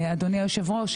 אדוני היושב-ראש,